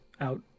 out